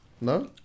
No